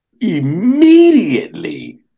immediately